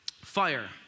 Fire